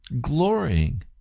glorying